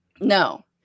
No